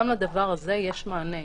גם לדבר הזה יש מענה.